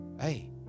hey